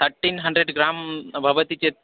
thirteen hundred gram भवति चेत्